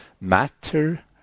matter